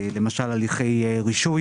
כמו הליכי רישוי